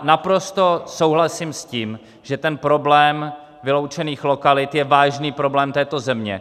Naprosto souhlasím s tím, že problém vyloučených lokalit je vážný problém této země.